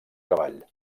cavall